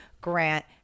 Grant